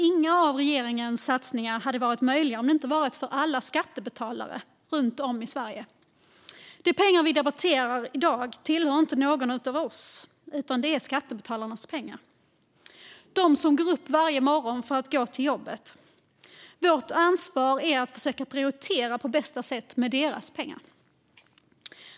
Inga av regeringens satsningar hade varit möjliga om det inte varit för alla skattebetalare runt om i Sverige. De pengar vi debatterar i dag tillhör inte någon av oss, utan det är skattebetalarnas pengar - de som går upp varje morgon för att gå till jobbet. Vårt ansvar är att försöka prioritera på bästa sätt med deras pengar.